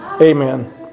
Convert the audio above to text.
Amen